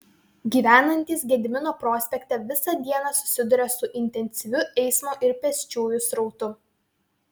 gyvenantys gedimino prospekte visą dieną susiduria su intensyviu eismo ir pėsčiųjų srautu